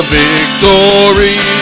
victory